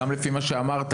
לפי מה שאמרת,